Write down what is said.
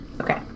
Okay